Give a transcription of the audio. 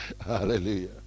Hallelujah